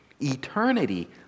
eternity